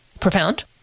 profound